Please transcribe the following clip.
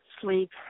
sleep